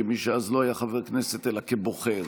כמי שאז לא היה חבר כנסת אלא כבוחר